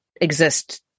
exist